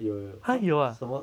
有有有 !huh! 什么